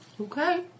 Okay